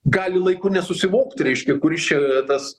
gali laiku nesusivokti reiškia kuris čia tas